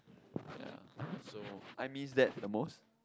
ya so I miss that the most